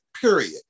period